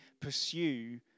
pursue